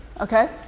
Okay